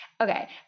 Okay